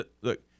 Look